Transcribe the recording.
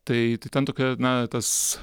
tai tai ten tokia na tas